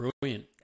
brilliant